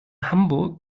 hamburg